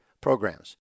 programs